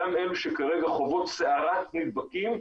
גם אלו שכרגע חוות סערת נדבקים,